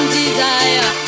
desire